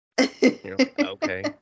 Okay